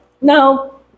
no